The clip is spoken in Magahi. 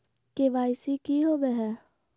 के.वाई.सी की हॉबे हय?